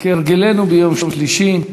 העשרים יום שלישי,